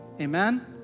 Amen